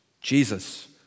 Jesus